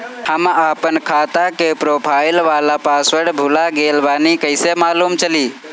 हम आपन खाता के प्रोफाइल वाला पासवर्ड भुला गेल बानी कइसे मालूम चली?